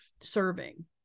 serving